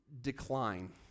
decline